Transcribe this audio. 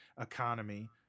economy